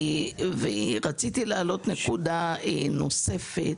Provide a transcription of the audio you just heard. רציתי להעלות נקודה נוספת: